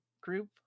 group